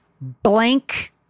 blank